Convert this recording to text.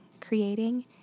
creating